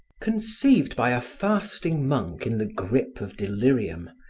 conceived by a fasting monk in the grip of delirium,